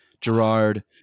Gerard